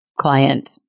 client